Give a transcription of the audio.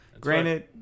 granted